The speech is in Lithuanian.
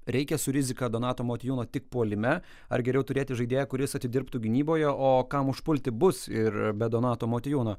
reikia su rizika donatą motiejūną tik puolime ar geriau turėti žaidėją kuris atidirbtų gynyboje o kam užpulti bus ir be donato motiejūno